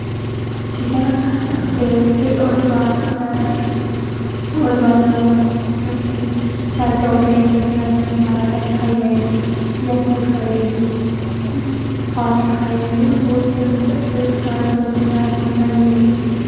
ठीक ना फिर ओह्दे बाद में ओह्दे बाद में मतलब कि सब आउट होई जंदा कि अज्ज में बाह्रा दा खाई आई ही जंक फूड खाई आई ही फास्ट फूड खाई आई ही मतलब में एह् खाई आई ही